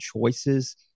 choices